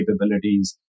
capabilities